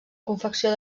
confecció